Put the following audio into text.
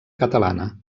catalana